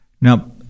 Now